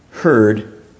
heard